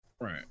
Right